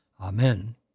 Amen